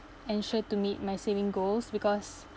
ensure to meet my saving goals because